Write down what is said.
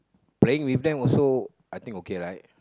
playing with them also I think okay right